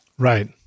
Right